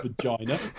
vagina